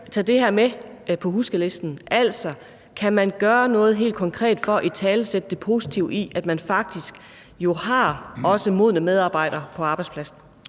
tage det her med på huskelisten? Altså: Kan man gøre noget helt konkret for at italesætte det positive i, at man jo faktisk også har modne medarbejdere på arbejdspladsen?